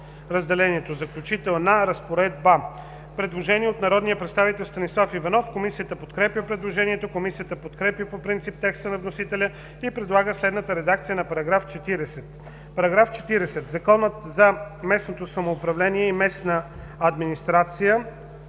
подразделението: „Заключителна разпоредба“. Предложение от народния представител Станислав Иванов. Комисията подкрепя предложението. Комисията подкрепя по принцип текста на вносителя и предлага следната редакция на § 40: „§ 40. Закона за местното самоуправление и местната администрация